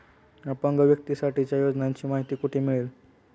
अपंग व्यक्तीसाठीच्या योजनांची माहिती कुठे मिळेल?